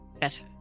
better